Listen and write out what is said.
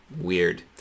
Weird